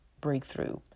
breakthrough